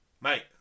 mate